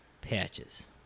Patches